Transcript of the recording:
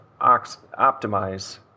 optimize